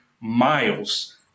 miles